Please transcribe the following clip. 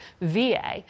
VA